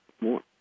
more